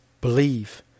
believe